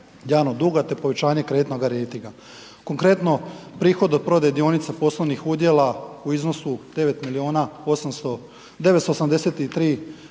javnog duga te povećanje kreditnog rejtinga. Konkretno prihod od prodaje dionica poslovnih udjela u iznosu 9